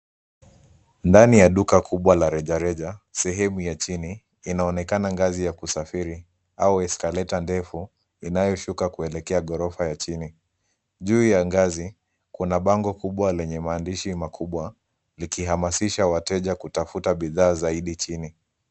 Ndani ya duka kubwa la rejareja sehemu ya chini inaonekana ngazi ya kusafiri au eskaleta ndefu inayoshuka kuelekea gorofa ya chini. Juu ya ngazi, kuna bango kubwa lenye maandishi makubwa likihamasisha wateja kutafuta bidhaa zaidi chini.